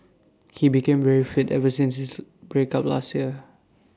he became very fit ever since his break up last year